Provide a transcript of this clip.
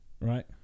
Right